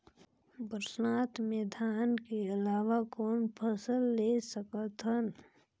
बरसात मे धान के अलावा कौन फसल ले सकत हन?